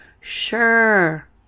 sure